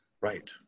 Right